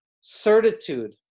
certitude